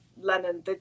Lennon